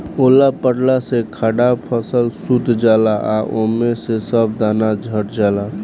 ओला पड़ला से खड़ा फसल सूत जाला आ ओमे के सब दाना झड़ जाला